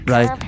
Right